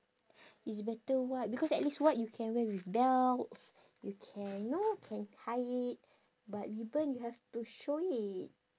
it's better white because at least white you can wear with belts you can you know can tie it but ribbon you have to show it